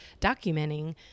documenting